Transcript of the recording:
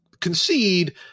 concede